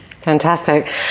Fantastic